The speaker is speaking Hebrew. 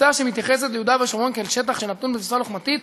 התפיסה שמתייחסת ליהודה ושומרון כאל שטח שנתון שבתפיסה לוחמתית,